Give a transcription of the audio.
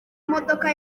imodoka